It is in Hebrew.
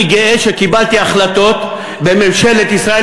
אני גאה שקיבלתי החלטות בממשלת ישראל